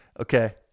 Okay